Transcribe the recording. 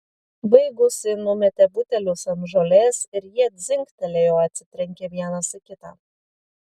baigusi numetė butelius ant žolės ir jie dzingtelėjo atsitrenkę vienas į kitą